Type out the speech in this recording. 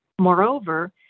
Moreover